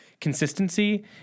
consistency